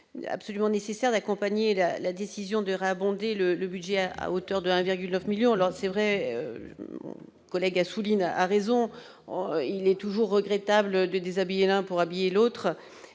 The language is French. absolument nécessaire d'accompagner la décision de réabonder le budget à hauteur de 1,9 million d'euros. C'est vrai- M. Assouline a raison -qu'il est toujours regrettable de déshabiller l'un pour habiller l'autre.